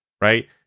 right